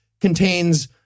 contains